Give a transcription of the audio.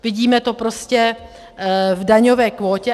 Vidíme to prostě v daňové kvótě.